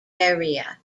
area